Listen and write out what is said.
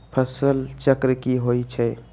फसल चक्र की होई छै?